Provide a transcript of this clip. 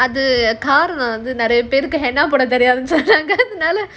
அது காரணம் வந்து நெறய பேருக்கு என்ன பண்ணனும்னு தெரியாது:adhu kaaranam vandhu neraya peruku enna pannanumnu theriyathu